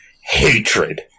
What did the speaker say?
Hatred